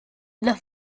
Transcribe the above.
the